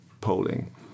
polling